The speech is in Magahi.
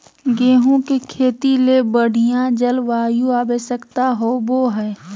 गेहूँ के खेती ले बढ़िया जलवायु आवश्यकता होबो हइ